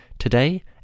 Today